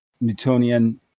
Newtonian